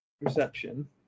perception